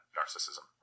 narcissism